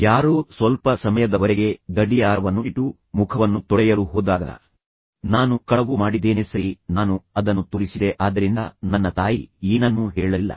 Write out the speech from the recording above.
ಯಾರೋ ಸ್ವಲ್ಪ ಸಮಯದವರೆಗೆ ಗಡಿಯಾರವನ್ನುಇಟ್ಟು ಮುಖವನ್ನು ತೊಳೆಯಲು ಹೋದಾಗ ನಾನು ಕಳವು ಮಾಡಿದ್ದೇನೆ ಸರಿ ನಾನು ಅದನ್ನು ತೋರಿಸಿದೆ ಆದ್ದರಿಂದ ನನ್ನ ತಾಯಿ ಏನನ್ನೂ ಹೇಳಲಿಲ್ಲ